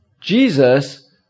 Jesus